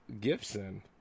Gibson